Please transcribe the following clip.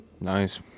Nice